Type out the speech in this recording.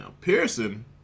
Pearson